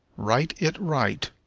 write it right,